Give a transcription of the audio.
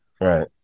Right